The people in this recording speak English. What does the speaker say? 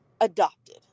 adopted